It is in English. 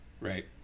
Right